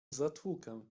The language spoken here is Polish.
zatłukę